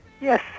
Yes